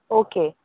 okay